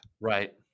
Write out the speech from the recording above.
Right